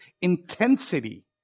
intensity